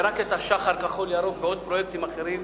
ורק את השח"ר כחול-ירוק ועוד פרויקטים אחרים,